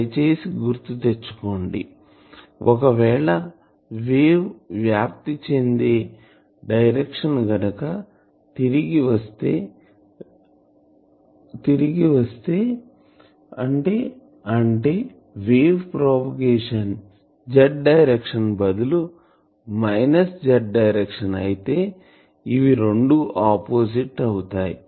దయచేసి గుర్తు తెచ్చుకోండి ఒకవేళ వేవ్ వ్యాప్తి చెందే డైరెక్షన్ గనుక తిరిగి వస్తే అంటే వేవ్ ప్రోపగేషన్ Z డైరెక్షన్ బదులు మైనస్ Z డైరెక్షన్ అయితే ఇవి రెండు ఆపోజిట్ అవుతాయి